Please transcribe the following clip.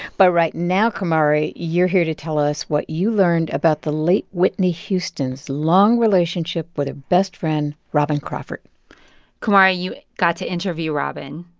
but right now, kumari, you're here to tell us what you learned about the late whitney houston's long relationship with her ah best friend robyn crawford kumari, you got to interview robyn,